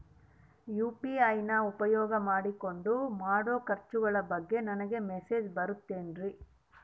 UPI ನ ಉಪಯೋಗ ಮಾಡಿಕೊಂಡು ಮಾಡೋ ಖರ್ಚುಗಳ ಬಗ್ಗೆ ನನಗೆ ಮೆಸೇಜ್ ಬರುತ್ತಾವೇನ್ರಿ?